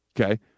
okay